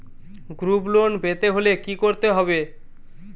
Group loan পেতে হলে কি করতে হবে?